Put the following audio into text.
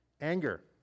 Anger